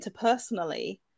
interpersonally